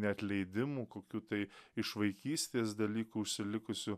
neatleidimų kokių tai iš vaikystės dalykų užsilikusių